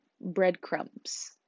breadcrumbs